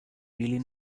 really